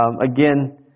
Again